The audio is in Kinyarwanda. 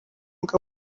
ngo